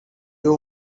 you